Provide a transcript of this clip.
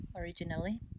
originally